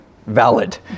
valid